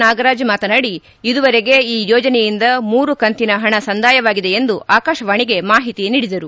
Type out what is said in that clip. ನಾಗರಾಜ್ ಮಾತನಾಡಿ ಇದುವರೆಗೆ ಈ ಯೋಜನೆಯಿಂದ ಮೂರು ಕಂತಿನ ಪಣ ಸಂದಾಯವಾಗಿದೆ ಎಂದು ಆಕಾಶವಾಣಿಗೆ ಮಾಹಿತಿ ನೀಡಿದರು